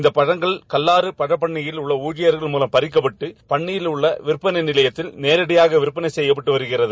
இந்த மரங்கள் கல்லார் பழப்பன்பயில் உள்ள ஊழியர்கள் மூலம் பறிக்கப்பட்டு பண்ணையில் உள்ள விற்பனை நிலையத்தில் நேரடியாக விற்பனை செய்யப்பட்டு வருகிறது